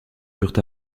furent